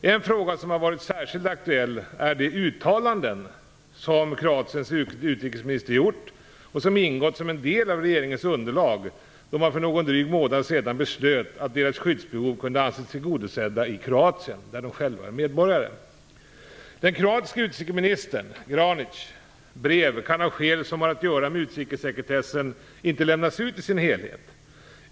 De uttalanden som Kroatiens utrikesminister har gjort har varit särskilt aktuella och har ingått som en del av regeringens underlag då man för någon dryg månad sedan beslöt att dessa personers skyddsbehov kunde anses tillgodosedda i Kroatien, där de är medborgare. Brevet från den kroatiske utrikesministern, Granic, kan av skäl som har att göra med utrikessekretessen inte lämnas ut i sin helhet.